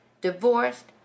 divorced